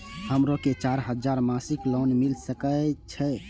हमरो के चार हजार मासिक लोन मिल सके छे?